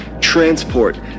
transport